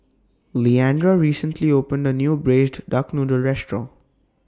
Leandra recently opened A New Braised Duck Noodle Restaurant